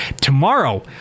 tomorrow